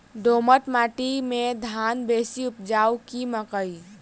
दोमट माटि मे धान बेसी उपजाउ की मकई?